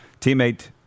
Teammate